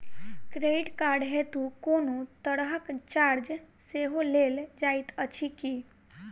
Credit card हेतु कोनो तरहक चार्ज सेहो लेल जाइत अछि की?